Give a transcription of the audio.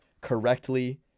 correctly